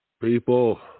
people